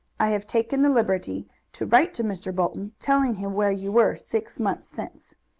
i have taken the liberty to write to mr. bolton, telling him where you were six months since,